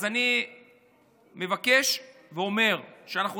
אז אני מבקש, ואומר שאנחנו